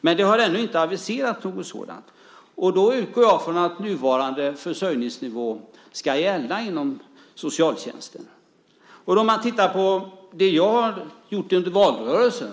Men det har ännu inte aviserats något sådant, och då utgår jag från att nuvarande försörjningsnivå ska gälla inom socialtjänsten. Vi kan titta på det jag gjorde under valrörelsen.